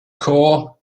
corps